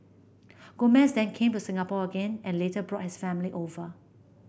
Gomez then came to Singapore again and later brought his family over